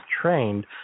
trained